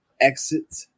exit